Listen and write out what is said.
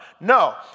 No